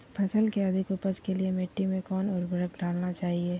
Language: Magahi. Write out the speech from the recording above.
फसल के अधिक उपज के लिए मिट्टी मे कौन उर्वरक डलना चाइए?